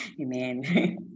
Amen